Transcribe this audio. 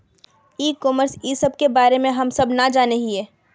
ई commerce इस सब के बारे हम सब ना जाने हीये?